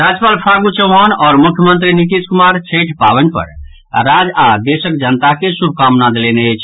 राज्यपाल फागू चौहान आओर मुख्यमंत्री नीतीश कुमार छठि पावनि पर राज्य आओर देशक जनता के शुभकामना देलनि अछि